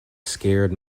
scared